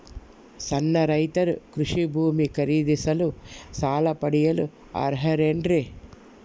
ಸಣ್ಣ ರೈತರು ಕೃಷಿ ಭೂಮಿ ಖರೇದಿಸಲು ಸಾಲ ಪಡೆಯಲು ಅರ್ಹರೇನ್ರಿ?